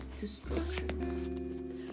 destruction